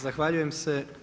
Zahvaljujem se.